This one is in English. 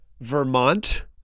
Vermont